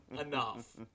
Enough